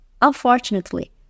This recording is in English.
Unfortunately